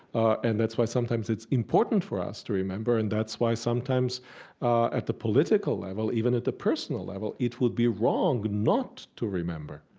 and that's why sometimes it's important for us to remember. and that's why sometimes at the political level, even at the personal level, it would be wrong not to remember.